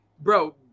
Bro